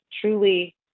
truly